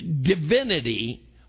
divinity